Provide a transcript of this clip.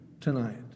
tonight